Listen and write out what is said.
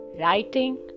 writing